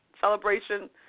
celebration